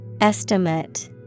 Estimate